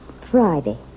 Friday